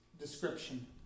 description